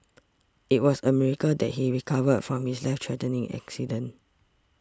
it was a miracle that he recovered from his life threatening accident